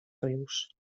rius